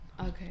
Okay